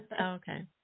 Okay